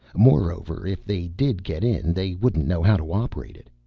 moreover, if they did get in, they wouldn't know how to operate it.